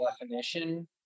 definition